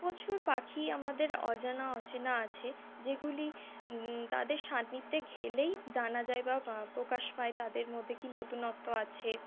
প্রচুর পাখি আমাদের অজানা অচেনা আছে যেগুলি তাদের সান্নিধ্যে গেলেই জানা যায় বা প্রকাশ পায় তাদের মধ্যে কী নতুনত্ব আছে